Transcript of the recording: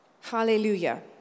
Hallelujah